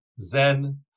Zen